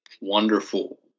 wonderful